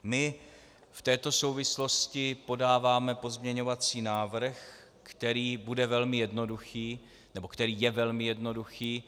My v této souvislosti podáváme pozměňovací návrh, který bude velmi jednoduchý, nebo který je velmi jednoduchý.